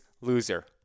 Loser